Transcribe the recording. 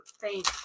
thank